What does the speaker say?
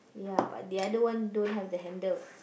ya but the other one don't have the handle